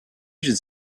should